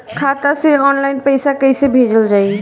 खाता से ऑनलाइन पैसा कईसे भेजल जाई?